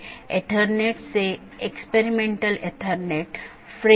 जिसके माध्यम से AS hops लेता है